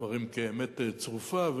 הדברים כאמת צרופה,